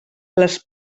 les